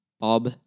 Bob